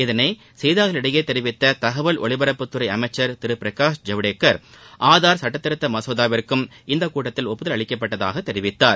இதனை செய்தியாளர்களிடம் தெரிவித்த தகவல் ஒலிபரப்புத்துறை அமைச்சர் திரு பிரகாஷ் ஜவ்டேகர் ஆதார் சுட்டத்திருத்த மசோதாவிற்கும் இக்கூட்டத்தில் ஒப்புதல் அளிக்கப்பட்டதாக தெரிவித்தார்